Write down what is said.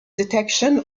detection